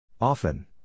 Often